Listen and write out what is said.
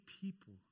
people